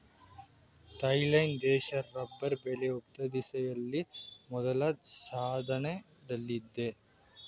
Thailand ದೇಶ rubber ಬೆಳೆ ಉತ್ಪಾದನೆಯಲ್ಲಿ ಮೊದಲ ಸ್ಥಾನದಲ್ಲಿದೆ